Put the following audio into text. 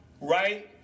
Right